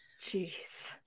Jeez